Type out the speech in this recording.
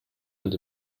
and